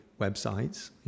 websites